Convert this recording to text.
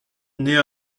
nait